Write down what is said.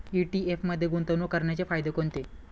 ETF मध्ये गुंतवणूक करण्याचे फायदे कोणते?